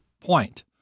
point